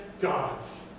God's